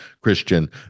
Christian